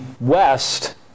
West